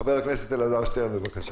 חבר הכנסת אלעזר שטרן, בבקשה.